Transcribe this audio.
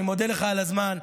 אני מודה לך על הזמן,